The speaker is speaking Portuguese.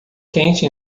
quente